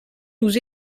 nous